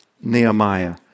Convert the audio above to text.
Nehemiah